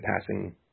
passing